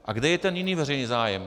A kde je ten jiný veřejný zájem?